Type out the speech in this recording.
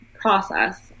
process